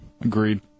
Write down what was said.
Agreed